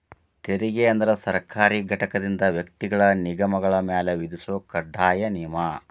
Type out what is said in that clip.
ತೆರಿಗೆ ಅಂದ್ರ ಸರ್ಕಾರಿ ಘಟಕದಿಂದ ವ್ಯಕ್ತಿಗಳ ನಿಗಮಗಳ ಮ್ಯಾಲೆ ವಿಧಿಸೊ ಕಡ್ಡಾಯ ನಿಯಮ